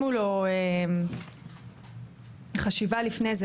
תיזמו חשיבה לפני זה,